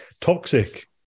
toxic